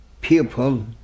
people